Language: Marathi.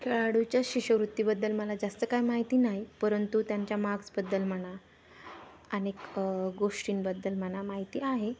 खेळाडूच्या शिष्यवृत्तीबद्दल मला जास्त काय माहिती नाही परंतु त्यांच्या माक्सबद्दल म्हणा अनेक गोष्टींबद्दल म्हणा माहिती आहे